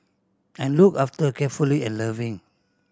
and looked after carefully and loving